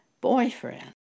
boyfriend